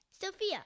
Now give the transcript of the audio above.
Sophia